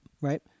Right